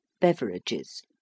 Beverages